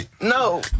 No